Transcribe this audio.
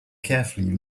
carefully